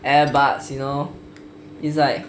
airbuds you know it's like